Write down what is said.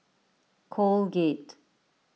Colgate